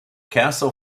castle